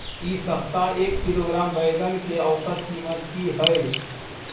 इ सप्ताह एक किलोग्राम बैंगन के औसत कीमत की हय?